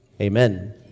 Amen